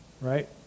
Right